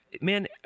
Man